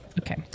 Okay